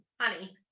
honey